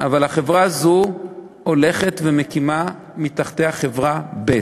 אבל החברה הזאת הולכת ומקימה מתחתיה חברה ב'.